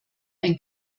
ein